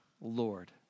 Lord